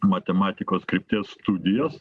matematikos krypties studijos